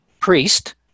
priest